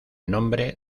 nombre